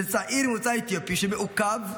של צעיר ממוצא אתיופי שמעוכב,